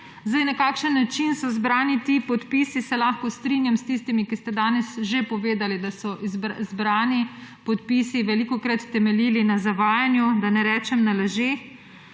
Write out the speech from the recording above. Na kakšen način so zbrani ti podpisi, se lahko strinjam s tistimi, ki ste danes že povedali, da so zbrani podpisi velikokrat temeljili na zavajanju, da ne rečem na lažeh.